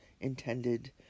intended